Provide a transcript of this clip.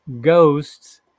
ghosts